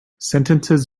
sentences